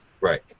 Right